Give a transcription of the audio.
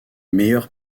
meilleures